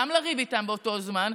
גם לריב איתם באותו זמן,